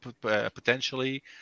potentially